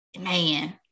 Man